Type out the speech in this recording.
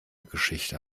geschichte